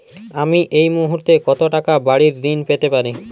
আমি এই মুহূর্তে কত টাকা বাড়ীর ঋণ পেতে পারি?